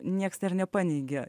nieks dar nepaneigė